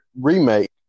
remake